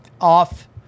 off